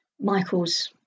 Michael's